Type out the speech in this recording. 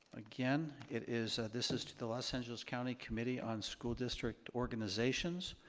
again, it is, this is the los angeles county committee on school district organizations.